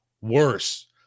worse